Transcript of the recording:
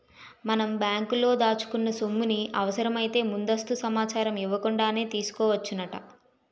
మనం బ్యాంకులో దాచుకున్న సొమ్ముని అవసరమైతే ముందస్తు సమాచారం ఇవ్వకుండానే తీసుకోవచ్చునట